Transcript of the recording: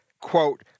quote